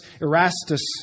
Erastus